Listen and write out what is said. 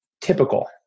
typical